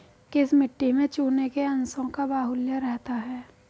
किस मिट्टी में चूने के अंशों का बाहुल्य रहता है?